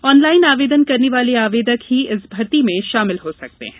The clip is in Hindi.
ऑनलाइन आवेदन करने वाले आवेदक ही इस भर्ती में शामिल हो सकते हैं